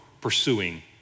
pursuing